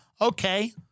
okay